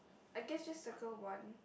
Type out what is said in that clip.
I guess just circle one